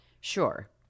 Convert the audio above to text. Sure